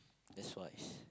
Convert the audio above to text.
that's wise